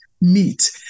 Meet